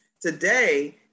Today